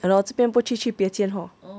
ya lor 这边不去去别间 hor